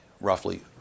roughly